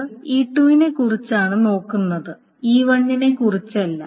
ഇത് E2 നെക്കുറിച്ചാണ് നോക്കുന്നത് E1 നെക്കുറിച്ചല്ല